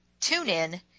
TuneIn